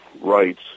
rights